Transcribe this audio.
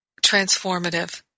transformative